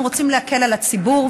אנחנו רוצים להקל על הציבור,